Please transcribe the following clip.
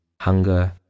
hunger